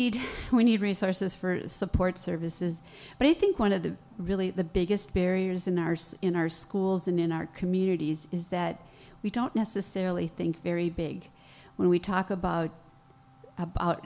did we need resources for support services but i think one of the really the biggest barriers in ours in our schools and in our communities is that we don't necessarily think very big when we talk about about